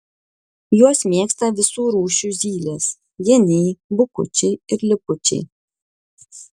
juos mėgsta visų rūšių zylės geniai bukučiai ir lipučiai